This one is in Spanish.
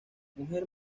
mujer